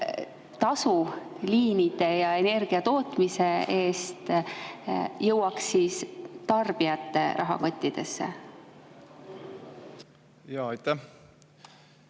tasu liinide ja energiatootmise eest jõuaks tarbijate rahakottidesse? Suur tänu,